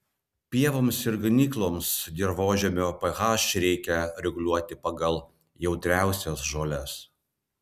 pievoms ir ganykloms dirvožemio ph reikia reguliuoti pagal jautriausias žoles